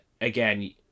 again